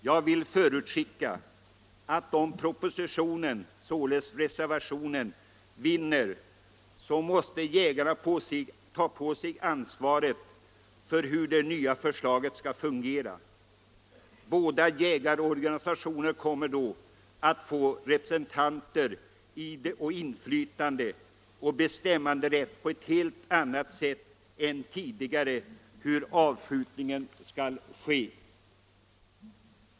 Jag vill förutskicka att om propositionen — således reservationen — vinner, så måste jägarna ta på sig ansvaret för hur det nya systemet skall fungera. Båda jägarorganisationerna kommer då att bli representerade och få inflytande och medbestämmanderätt på ett helt annat sätt än tidigare när det gäller frågan om hur avskjutningen skall ske.